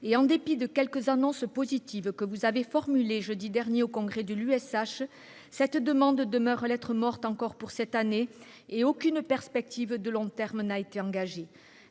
en dépit des annonces positives que vous avez formulées jeudi dernier lors du congrès de l’USH, cette demande demeure lettre morte cette année, et aucune perspective de long terme n’a été engagée.